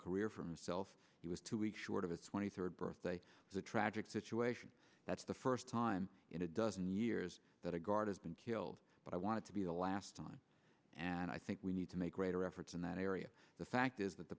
career for himself he was too weak short of a twenty third birthday the tragic situation that's the first time in a dozen years that a guard has been killed but i wanted to be the last time and i think we need to make greater efforts in that area the fact is that the